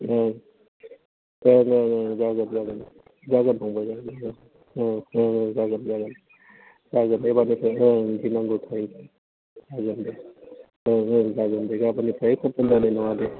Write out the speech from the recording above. जागोन जागोन एबारनिफ्राय गिनांगौ जेबो गैला जागोन दे गाबोननिफ्राय खफुन नांनाय नङा दे